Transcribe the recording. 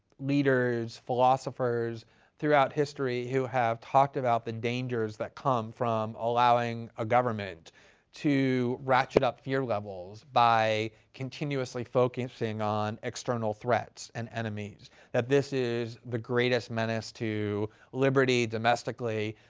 leaders, philosophers throughout history who have talked about the dangers that come from allowing a government to ratchet up fear levels by continuously focusing on external threats and enemies. that this is the greatest menace to liberty domestically.